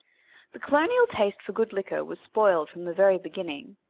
the colonial taste for good liquor was spoiled from the very beginning,